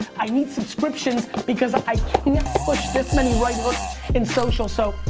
i need subscriptions because i can't push this many right hooks in social so,